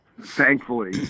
Thankfully